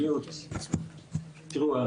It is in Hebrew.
גם ראיתי את זה איך מנהלים ישיבה.